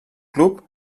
club